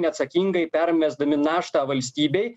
neatsakingai permesdami naštą valstybei